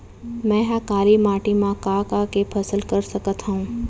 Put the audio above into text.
मै ह काली माटी मा का का के फसल कर सकत हव?